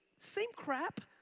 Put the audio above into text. same crap.